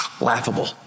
laughable